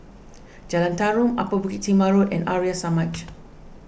Jalan Tarum Upper Bukit Timah Road and Arya Samaj